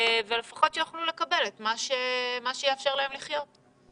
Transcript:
כדי שלפחות יוכלו לקבל את מה שיאפשר להם לחיות.